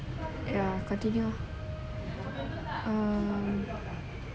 ya continue mmhmm